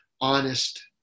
honest